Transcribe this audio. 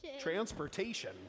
Transportation